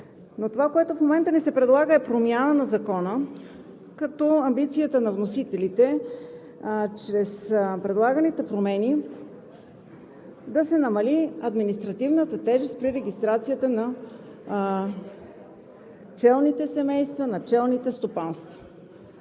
Това, което в момента ни се предлага, е промяна на Закона, като амбицията на вносителите е чрез предлаганите промени да се намали административната тежест при регистрацията на пчелните семейства, на пчелните стопанства.